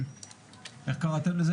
איך קראתם לזה?